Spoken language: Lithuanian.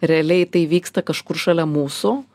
realiai tai vyksta kažkur šalia mūsų